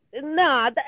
no